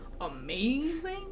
amazing